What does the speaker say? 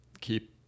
keep